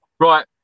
Right